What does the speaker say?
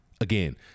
again